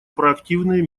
проактивные